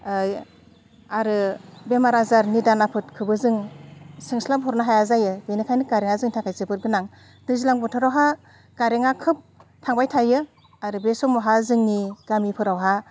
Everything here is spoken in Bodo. आरो बेमार आजार निदान आफोदखोबो जों सोंस्लाब हरनो हाया जायो बेनिखायनो कारेन्टआ जोंनि थाखाय जोबोद गोनां दैज्लां बोथोरावहा कारेन्टआ खोब थांबाय थायो आरो बे समावहा जोंनि गामिफोरावहा